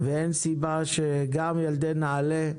ואין סיבה שגם ילדי נעל"ה,